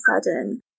sudden